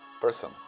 person